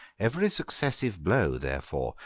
every successive blow, therefore,